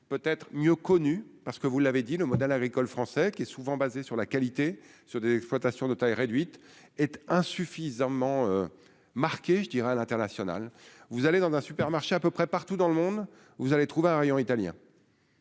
peut être mieux connu parce que vous l'avez dit le modèle agricole français qui est souvent basé sur la qualité, sur des exploitations de taille réduite était insuffisamment marqué je dirais à l'international, vous allez dans un supermarché à peu près partout dans le monde, vous allez trouver un rayon italien.